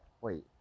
wait